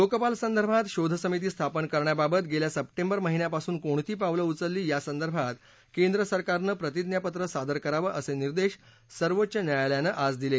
लोकपाल संदर्भात शोध समिती स्थापन करण्याबात गेल्या सप्टेंबर महिन्यापासून कोणती पावलं उचलली यासंदर्भात केंद्र सरकारनं प्रतिज्ञापत्र सादर करावं असे निर्देश सर्वोच्च न्यायालयानं आज दिले